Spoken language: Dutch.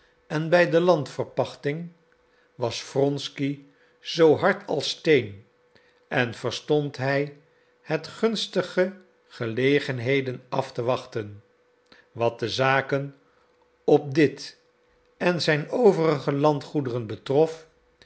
en bij de landverpachting was wronsky zoo hard als steen en verstond hij het gunstige gelegenheden af te wachten wat de zaken op dit en zijn overige landgoederen betrof